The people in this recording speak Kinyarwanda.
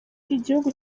igihugu